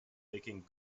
making